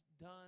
done